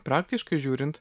praktiškai žiūrint